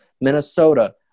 Minnesota